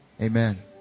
Amen